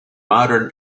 modern